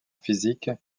physique